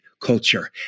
culture